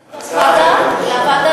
אפשר לקיים דיון על מה אתם עושים בתוך הוועדה,